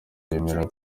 yemera